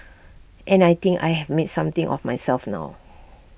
and I think I have made something of myself now